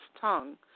tongue